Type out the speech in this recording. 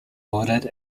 lauded